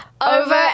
over